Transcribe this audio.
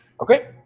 Okay